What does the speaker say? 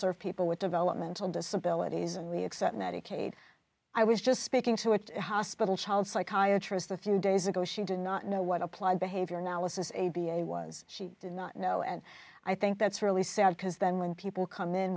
serve people with developmental disabilities and we accept medicaid i was just speaking to a hospital child psychiatrist a few days ago she did not know what applied behavior analysis a b a was she did not know and i think that's really sad because then when people come in